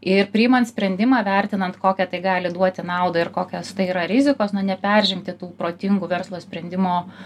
ir priimant sprendimą vertinant kokią tai gali duoti naudą ir kokios tai yra rizikos na neperžengti tų protingų verslo sprendimo